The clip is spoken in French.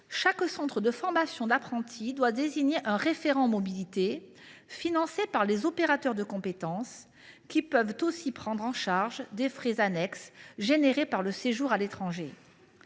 chaque centre de formation d’apprentis doit désigner un référent mobilité, financé par les opérateurs de compétences, qui peuvent aussi prendre en charge des frais annexes engendrés par le séjour à l’étranger.